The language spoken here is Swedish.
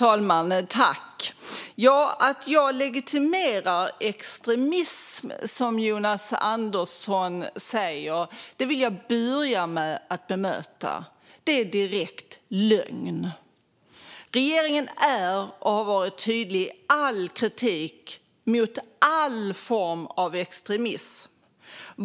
Fru talman! Att jag legitimerar extremism, som Jonas Andersson säger, vill jag börja med att bemöta. Det är en direkt lögn. Regeringen är och har varit tydlig i all kritik mot all form av extremism.